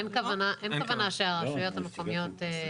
אין כוונה שהרשויות המקומיות.